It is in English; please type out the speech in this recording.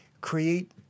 create